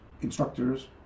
instructors